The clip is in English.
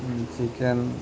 chicken